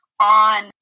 On